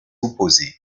opposer